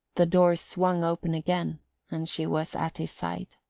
the doors swung open again and she was at his side.